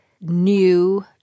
new